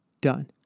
done